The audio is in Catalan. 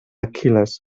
aquil·les